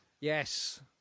Yes